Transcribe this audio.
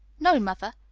no, mother,